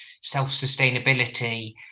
self-sustainability